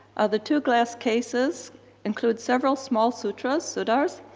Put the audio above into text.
the two glass cases include several small sutras, sudars,